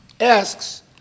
asks